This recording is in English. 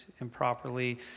improperly